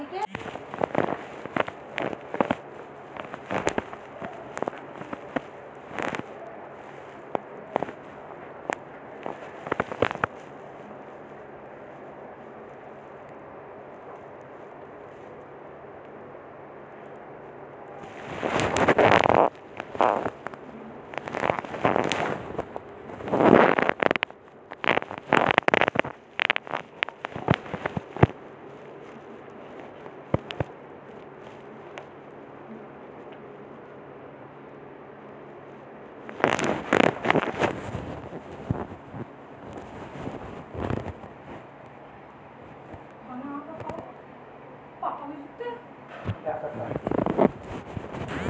क्या आप जानते है हिमालयन मधुमक्खी सबसे अतिक्रामक होती है?